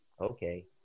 okay